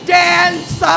dance